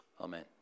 amen